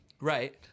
Right